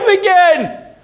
again